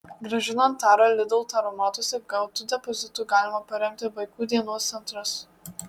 grąžinant tarą lidl taromatuose gautu depozitu galima paremti vaikų dienos centrus